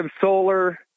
solar